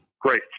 Great